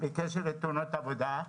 בקשר לתאונות עבודה.